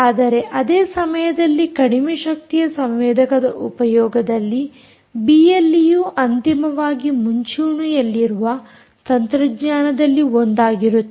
ಆದರೆ ಅದೇ ಸಮಯದಲ್ಲಿ ಕಡಿಮೆ ಶಕ್ತಿಯ ಸಂವೇದಕದ ಉಪಯೋಗದಲ್ಲಿ ಬಿಎಲ್ಈಯು ಅಂತಿಮವಾಗಿ ಮುಂಚೂಣಿಯಲ್ಲಿರುವ ತಂತ್ರಜ್ಞಾನದಲ್ಲಿ ಒಂದಾಗಿರುತ್ತದೆ